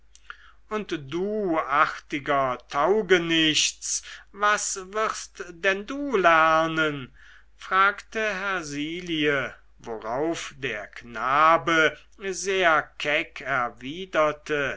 und du artiger taugenichts was wirst denn du lernen fragte hersilie worauf der knabe sehr keck erwiderte